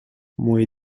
мой